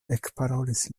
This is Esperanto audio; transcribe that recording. ekparolis